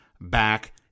back